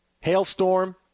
Hailstorm